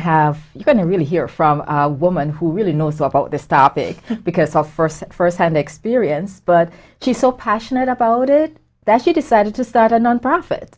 to have you can really hear from woman who really knows about this topic because a first firsthand experience but she's so passionate about it that she decided to start a nonprofit